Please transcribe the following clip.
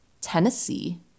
Tennessee